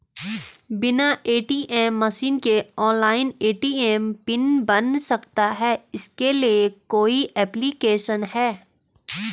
बिना ATM machine के online ATM pin बन सकता है इसके लिए कोई ऐप्लिकेशन है?